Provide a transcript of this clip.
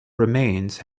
remains